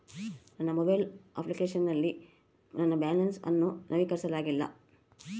ನನ್ನ mobile application ನಲ್ಲಿ ನನ್ನ ಬ್ಯಾಲೆನ್ಸ್ ಅನ್ನು ನವೀಕರಿಸಲಾಗಿಲ್ಲ